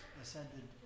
ascended